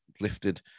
lifted